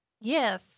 Yes